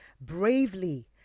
bravely